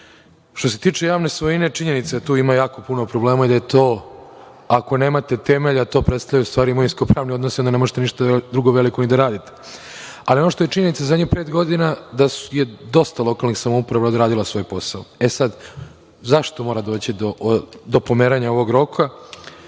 se tiče javne svojine, činjenica je, tu ima jako puno problema i da je to, ako nemate temelj, da to predstavlja imovinsko-pravne odnose, ne možete ništa drugo veliko ni da radite. Ono što je činjenica, zadnjih pet godina da je dosta lokalnih samouprava odradilo svoj posao. Zašto mora doći do pomeranja ovog roka?